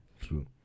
true